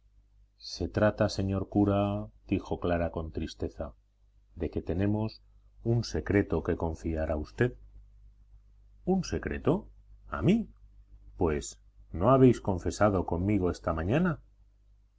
se trata señor cura dijo clara con tristeza de que tenemos un secreto que confiar a usted un secreto a mí pues no habéis confesado conmigo esta mañana